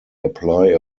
apply